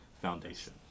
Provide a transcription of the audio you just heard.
Foundation